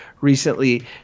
recently